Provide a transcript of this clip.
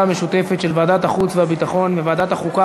המשותפת של ועדת החוץ והביטחון וועדת החוקה,